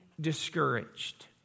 discouraged